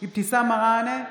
אבתיסאם מראענה,